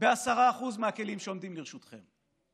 ב-10% מהכלים שעומדים לרשותכם.